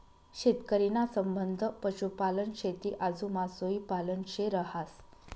शेतकरी ना संबंध पशुपालन, शेती आजू मासोई पालन शे रहास